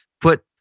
put